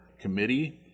committee